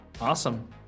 Awesome